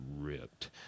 ripped